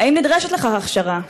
האם נדרשת לכך הכשרה?